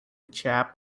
chap